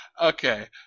Okay